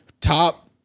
top